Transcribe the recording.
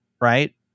right